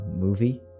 movie